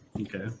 Okay